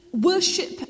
Worship